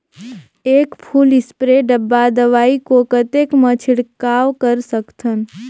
एक full spray डब्बा दवाई को कतेक म छिड़काव कर सकथन?